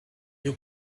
you